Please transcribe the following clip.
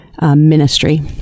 ministry